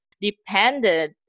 depended